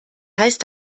heißt